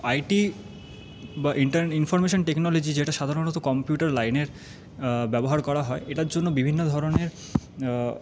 IT বা information technology যেটা সাধারণত কম্পিউটার লাইনে ব্যবহার করা হয় এটার জন্য বিভিন্ন ধরনের